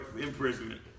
imprisonment